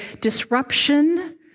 disruption